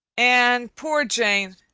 and, poor jane!